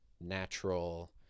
natural